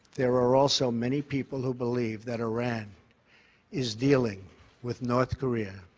there are also many people who believe that iran is dealing with north korea.